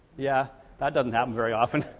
yeah that doesn't happen very often,